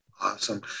Awesome